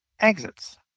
exits